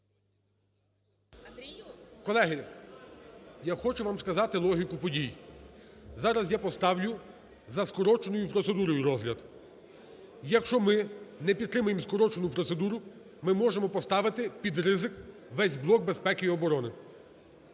Колеги, я хочу вам сказати логіку подій. Зараз я поставлю за скороченою процедурою розгляд. Якщо ми не підтримаємо скорочену процедуру, ми можемо поставити під ризик весь блок безпеки і оборони.